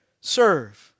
serve